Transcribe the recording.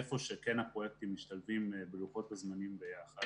איפה שכן הפרויקטים משתלבים בלוחות הזמנים ביחד,